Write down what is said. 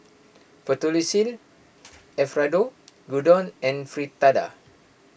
Fettuccine Alfredo Gyudon and Fritada